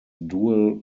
dual